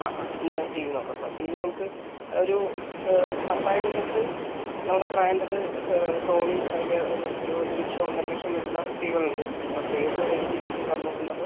ആ ആ എന്നാൽ ടി വി നോക്കാം സാർ ടി വി നമുക്ക് ഒരു പത്തായിരം തൊട്ട് നല്ല ബ്രാൻഡഡ് സോണി അതിൻ്റ ഒരു ഒരു ലക്ഷം ഒന്നര ലക്ഷം വരെ ഉള്ള ടിവികൾ ഉണ്ട് സാർക്ക് ഏത് റേഞ്ചിൽ ആയിരിക്കും സാറ് നോക്കുന്നുണ്ടാവുക